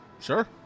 Sure